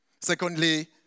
Secondly